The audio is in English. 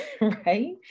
right